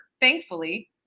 thankfully